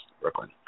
Brooklyn